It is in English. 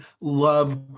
love